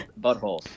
buttholes